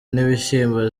n’ibishyimbo